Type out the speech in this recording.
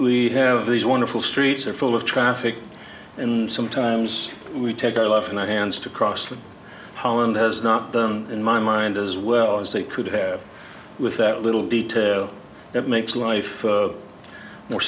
we have these wonderful streets are full of traffic and sometimes we take a left and i hands to cross the holland has not done in my mind as well as they could have with that little detail that makes life more